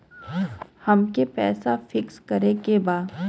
अमके पैसा फिक्स करे के बा?